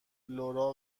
لورا